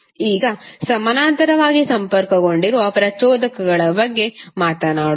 ಈಗ ಸಮಾನಾಂತರವಾಗಿ ಸಂಪರ್ಕಗೊಂಡಿರುವ ಪ್ರಚೋದಕಗಳ ಬಗ್ಗೆ ಮಾತನಾಡೋಣ